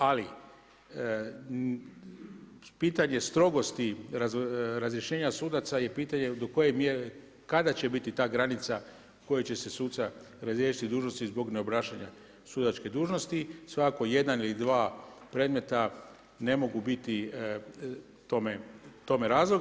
Ali pitanje strogosti razrješenja sudaca je i pitanje do koje mjere, kada će biti ta granica kojom će se suca razriješiti dužnosti zbog neobnašanja sudačke dužnosti, svakako jedan ili dva predmeta ne mogu biti tome razlog.